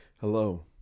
Hello